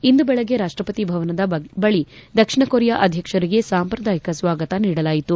ಇಂದು ಬೆಳಗ್ಗೆ ರಾಷ್ಟಪತಿ ಭವನದ ಬಳಿ ದಕ್ಷಿಣ ಕೊರಿಯಾ ಅಧ್ಯಕ್ಷರಿಗೆ ಸಾಂಪ್ರದಾಯಿಕ ಸ್ವಾಗತ ನೀಡಲಾಯಿತು